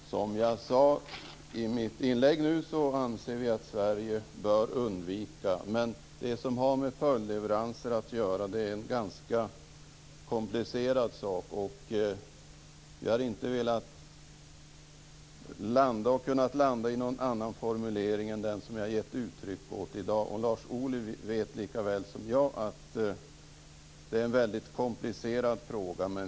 Herr talman! Som jag sade i mitt inlägg anser vi att Sverige bör undvika följdleveranser, men följdleveranser är en ganska komplicerad sak. Vi har inte velat eller kunnat landa i någon annan formulering än den som jag har gett uttryck för i dag. Lars Ohly vet likaväl som jag att det är en väldigt komplicerad fråga.